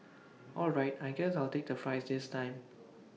all right I guess I'll take the fries this time